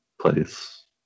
place